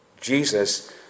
Jesus